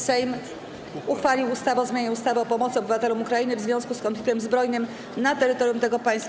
Sejm uchwalił ustawę o zmianie ustawy o pomocy obywatelom Ukrainy w związku z konfliktem zbrojnym na terytorium tego państwa.